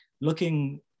looking